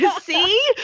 See